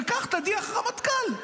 וכך תדיח רמטכ"ל.